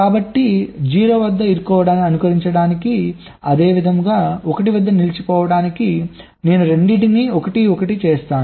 కాబట్టి 0 వద్ద ఇరుక్కోవడాన్ని అనుకరించటానికి అదేవిధంగా 1 వద్ద నిలిచిపోవటానికి నేను రెండింటినీ 1 1 చేస్తాను